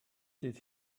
did